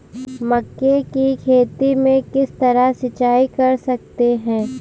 मक्के की खेती में किस तरह सिंचाई कर सकते हैं?